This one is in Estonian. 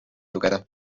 lugeda